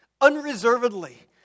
unreservedly